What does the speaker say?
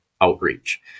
outreach